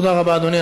תודה רבה, אדוני.